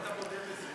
לפחות אתה מודה בזה.